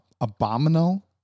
Abominable